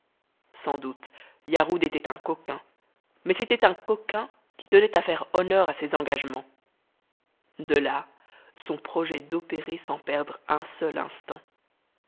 sans doute yarhud était un coquin mais c'était un coquin qui tenait à faire honneur à ses engagements de là son projet d'opérer sans perdre un seul instant